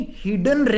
hidden